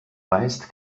weist